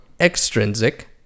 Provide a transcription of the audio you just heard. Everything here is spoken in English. extrinsic